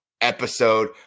episode